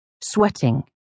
Sweating